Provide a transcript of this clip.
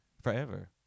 forever